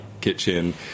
Kitchen